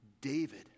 David